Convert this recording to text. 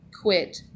quit